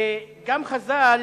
וגם חז"ל,